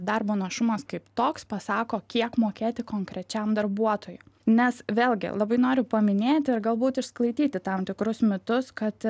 darbo našumas kaip toks pasako kiek mokėti konkrečiam darbuotojui nes vėlgi labai noriu paminėti ir galbūt išsklaidyti tam tikrus mitus kad